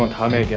honey